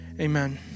amen